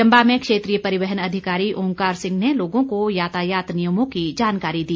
चम्बा में क्षेत्रीय परिवहन अधिकारी ओंकार सिंह ने लोगों को यातायात नियमों की जानकारी दी